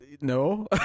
No